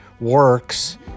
works